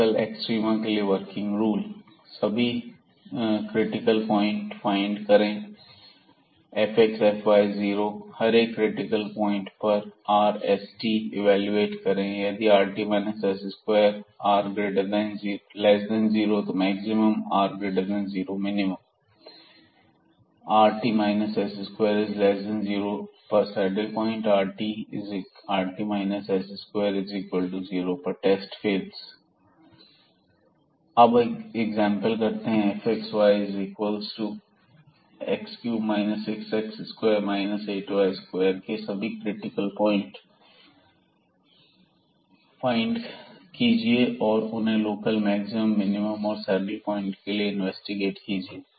local extrema के लिए working rule सभी क्रिटिकल पॉइंट फाइंड करें fx0fy0 हर एक क्रिटिकल पॉइंट के लिए इवेलुएट करें rfxxsfxytfyy If rt s20r0 maximum If rt s20r0 minimum If rt s20 Saddle point If rt s20 Test FFails पहचान If rt s20r0 maximum If rt s20r0 minimum If rt s20 saddle point If rt s20 test fail हो जाता है अब एक example करते हैं fxyx3 6x2 8y2 के सभी क्रिटिकल पॉइंट फाइंड कीजिए और उन्हे लोकल मैक्सिमम मिनिमम और सैडल पॉइंट के लिए इन्वेस्टिगेट कीजिए